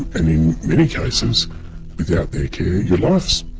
and in many cases without their care your life's